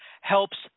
helps